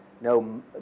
no